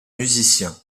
musicien